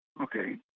Okay